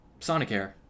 Sonicare